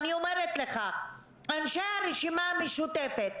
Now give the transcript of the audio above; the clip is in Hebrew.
אנשי הרשימה המשותפת,